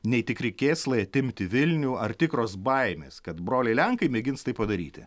nei tikri kėslai atimti vilnių ar tikros baimės kad broliai lenkai mėgins tai padaryti